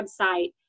website